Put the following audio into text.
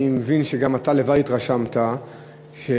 אני מבין שגם אתה התרשמת שמ-220,000,